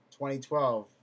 2012